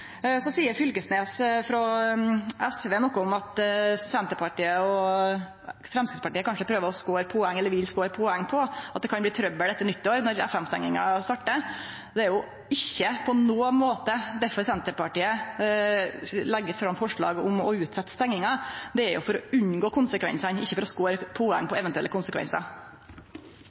Så seier Fylkesnes frå SV noko om at Senterpartiet og Framstegspartiet kanskje vil score poeng på at det kan bli trøbbel etter nyttår når FM-stenginga startar. Det er ikkje på nokon måte derfor Senterpartiet legg fram forslag om å utsetje stenginga. Det er for å unngå konsekvensane, ikkje for å score poeng på eventuelle konsekvensar.